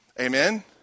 Amen